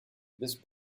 this